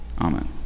Amen